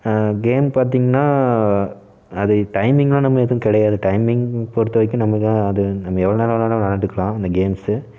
game பார்த்திங்கன்னா அதுக்கு டைமிங்கெல்லாம் நம்ம எதுவும் கிடையாது டைமிங் பொறுத்த வரைக்கும் நம்ம தான் அது நம்ம எவ்வளோ நேரம் வேணுனாலும் விளாண்டுக்குலாம் அந்த கேம்ஸு